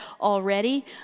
already